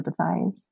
empathize